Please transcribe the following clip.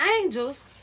angels